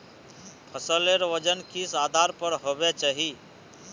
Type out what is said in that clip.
फसलेर वजन किस आधार पर होबे चही?